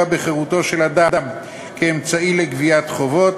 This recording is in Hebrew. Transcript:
בחירותו של אדם כאמצעי לגביית חובות,